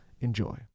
enjoy